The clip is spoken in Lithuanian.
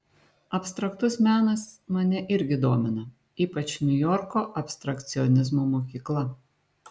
abstraktus menas mane irgi domina ypač niujorko abstrakcionizmo mokykla